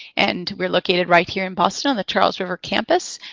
and we're located right here in boston on the charles river campus.